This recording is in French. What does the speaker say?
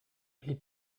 les